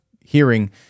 hearing